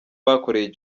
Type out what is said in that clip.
bakoreye